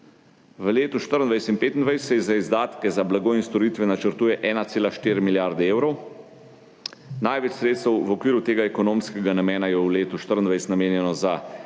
V letih 2024 in 2025 se za izdatke za blago in storitve načrtuje 1,4 milijarde evrov. Največ sredstev v okviru tega ekonomskega namena je v letu 2024 namenjenih za tekoče